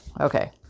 okay